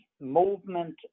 movement